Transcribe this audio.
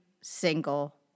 single